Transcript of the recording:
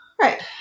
Right